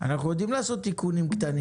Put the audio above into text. אנחנו יודעים לעשות תיקונים קטנים.